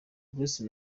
bruce